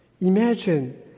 Imagine